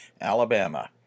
Alabama